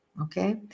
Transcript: Okay